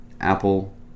Apple